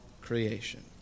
creation